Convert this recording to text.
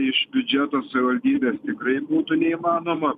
iš biudžeto savivaldybės tikrai būtų neįmanoma